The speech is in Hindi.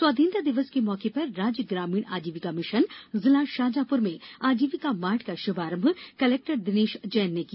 स्वाधीनता दिवस के मौके पर राज्य ग्रामीण आजीविका मिशन जिला शाजापुर में आजीविका मार्ट का शुभारंभ कलेक्टर दिनेश जैन ने किया